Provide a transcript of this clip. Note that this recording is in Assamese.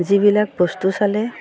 যিবিলাক বস্তু চালে